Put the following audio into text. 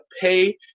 pay